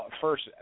first